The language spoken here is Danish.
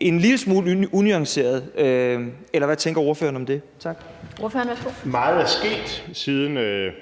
en lille smule unuanceret? Eller hvad tænker ordføreren om det? Tak. Kl. 14:02 Den